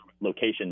location